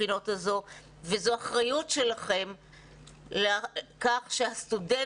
הבחינות הזאת וזו אחריות שלכם שהסטודנטים,